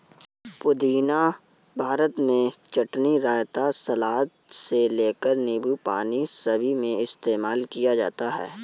पुदीना भारत में चटनी, रायता, सलाद से लेकर नींबू पानी सभी में इस्तेमाल किया जाता है